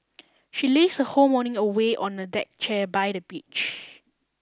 she lazed her whole morning away on a deck chair by the beach